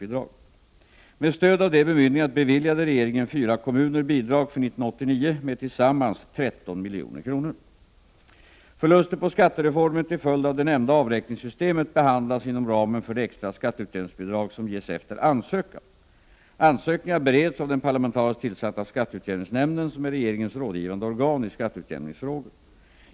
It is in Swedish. Detta gäller således 10 november 1988 kommuner som inte får skatteutjämningsbidrag. Med stöd av detta bemyndi Förluster på skattereformen till följd av det nämnda avräkningssystemet behandlas inom ramen för det extra skatteutjämningsbidrag som ges efter ansökan. Ansökningarna bereds av den parlamentariskt tillsatta skatteutjämningsnämnden, som är regeringens rådgivande organ i skatteutjämningsfrågor.